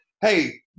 Hey